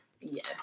yes